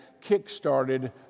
kick-started